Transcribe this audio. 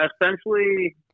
Essentially